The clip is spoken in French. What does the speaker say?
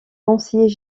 conseiller